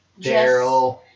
Daryl